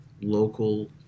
local